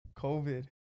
COVID